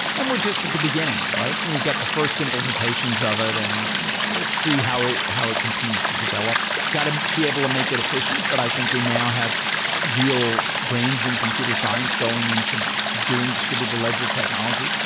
and we're just at the beginning, right? we've got the first implementations of it and we'll see how it how it continues to develop. got to be able to make it efficient, but i think we now have real brains and computer science going into doing distributed ledger technology.